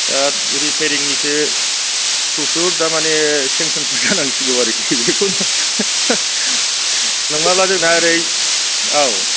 दा रिफाइरिंनिसो फ्रुसुर दामानि सेंसनसो जानांसिगौ आरोखि बेखौनो नङाब्ला जोंना ओरै औ